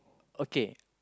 okay